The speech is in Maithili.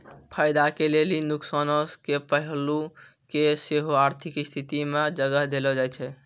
फायदा के लेली नुकसानो के पहलू के सेहो आर्थिक स्थिति मे जगह देलो जाय छै